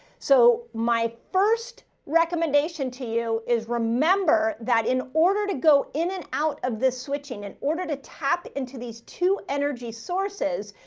so my first. recommendation to you is remember that in order to go in and out of this switching, in order to tap into these two energy sources,